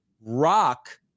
Rock